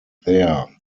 there